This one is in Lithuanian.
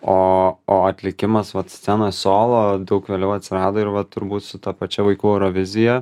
o o atlikimas vat scenoj solo daug vėliau atsirado ir va turbūt su ta pačia vaikų eurovizija